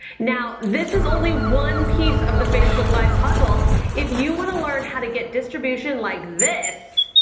now, this is only one piece of the facebook live puzzle if you wanna learn how to get distribution like this.